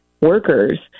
workers